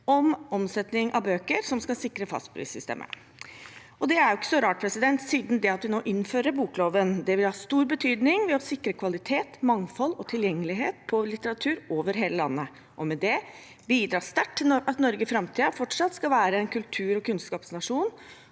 om omsetning av bøker som skal sikre fastprissystemet. Det er ikke så rart, siden det at vi nå innfører bokloven, vil ha stor betydning og sikre kvalitet, mangfold og tilgjengelighet for litteraturen over hele landet, og med det bidra sterkt til at Norge i framtiden fortsatt skal være en kultur- og kunnskapsnasjon.